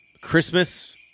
Christmas